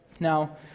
Now